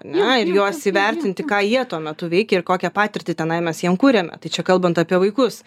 ar ne ir juos įvertinti ką jie tuo metu veikia ir kokią patirtį tenai mes jiem kuriame tai čia kalbant apie vaikus